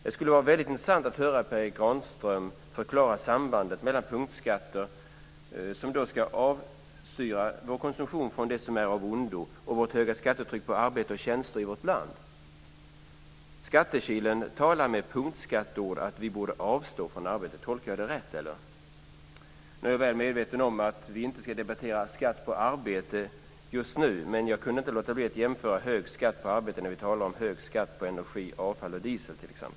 Det skulle vara väldigt intressant att höra Per Erik Granström förklara sambandet mellan punktskatter - som ska avstyra konsumtion av sådant som är av ondo - och vårt höga skattetryck på arbete och tjänster i vårt land. Skattekilen talar med punktskatteord att vi borde avstå från arbete. Tolkar jag det rätt, eller? Nu är jag väl medveten om att vi inte ska debattera skatt på arbete, men jag kunde inte låta bli att jämföra med hög skatt på arbete när vi talar om hög skatt på energi, avfall, diesel m.m.